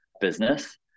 business